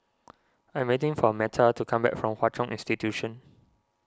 I'm waiting for Metta to come back from Hwa Chong Institution